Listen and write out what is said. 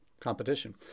competition